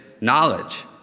knowledge